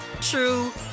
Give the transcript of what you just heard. true